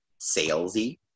salesy